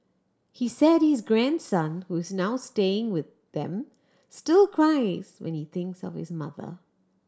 he said his grandson who is now staying with them still cries when he thinks of his mother